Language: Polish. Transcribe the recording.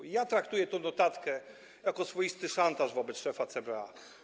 I ja traktuję tę notatkę jako swoisty szantaż wobec szefa CBA.